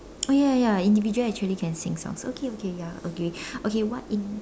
oh ya ya ya individual actually can sing songs okay okay ya okay what in~